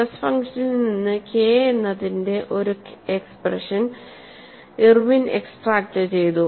stress ഫംഗ്ഷനിൽ നിന്ന് K എന്നതിന്റെ ഒരു എക്സ്പ്രഷൻസ് ഇർവിൻ എക്സ്ട്രാക്റ്റുചെയ്തു